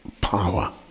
power